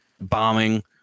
bombing